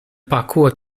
parkour